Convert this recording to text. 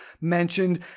mentioned